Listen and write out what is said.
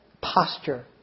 posture